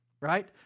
right